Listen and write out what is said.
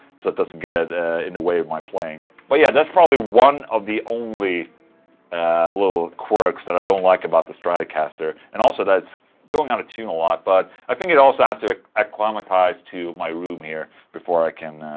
so it doesn't get in the way of my playing but yeah, that's probably one of the only little quirks that i don't like about this stratocaster and also that it's going out of tune a lot, but. i think it also has to acclimatize to my room here, before i can,